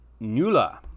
nula